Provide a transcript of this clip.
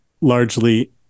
largely